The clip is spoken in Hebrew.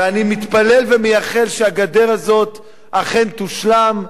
ואני מתפלל ומייחל שהגדר הזאת אכן תושלם,